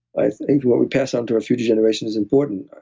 i think what we pass on to our future generation is important.